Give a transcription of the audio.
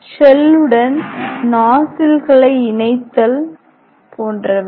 ஷெல்லுடன் நாசில்களை இணைத்தல் போன்றவை